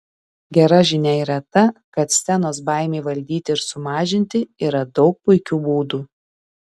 gera žinia yra ta kad scenos baimei valdyti ir sumažinti yra daug puikių būdų